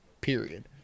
period